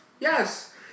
Yes